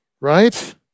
right